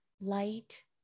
light